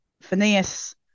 Phineas